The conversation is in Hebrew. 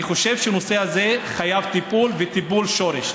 אני חושב שהנושא הזה חייב טיפול, וטיפול שורש.